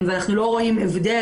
ואנחנו לא רואים הבדל,